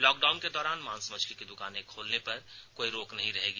lockdown के दौरान मांस मछली की दुकानें खोलेने पर कोई रोक नहीं रहेगी